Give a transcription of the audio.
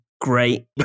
great